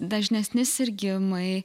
dažnesni sirgimai